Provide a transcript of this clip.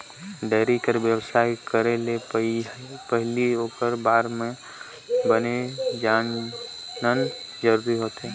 dairy कर बेवसाय करे ले पहिली ओखर बारे म बने जानना जरूरी होथे